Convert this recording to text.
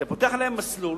זה פותח להם מסלול